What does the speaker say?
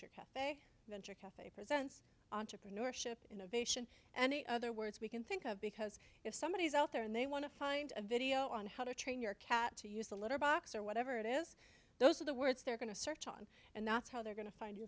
you're cafe than half a percent entrepreneurship innovation and the other words we can think of because if somebody is out there and they want to find a video on how to train your cat to use the litter box or whatever it is those are the words they're going to search on and that's how they're going to find your